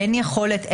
אין יכולת,